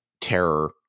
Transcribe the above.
terror